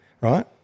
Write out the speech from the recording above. Right